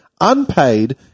unpaid